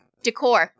Decor